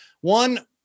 One